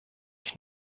ich